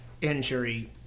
injury